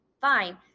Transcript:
fine